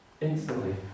Instantly